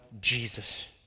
Jesus